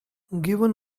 given